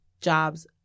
jobs